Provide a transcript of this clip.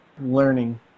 learning